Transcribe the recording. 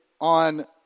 on